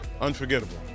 Unforgettable